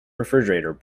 refrigerator